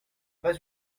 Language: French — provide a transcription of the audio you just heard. pas